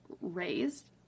raised